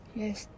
yes